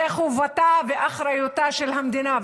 זה חובתה ואחריותה של המדינה.